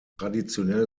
traditionell